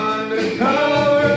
Undercover